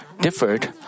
differed